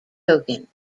token